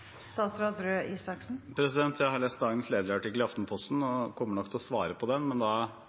Jeg har lest dagens lederartikkel i Aftenposten og kommer nok til å svare på den, men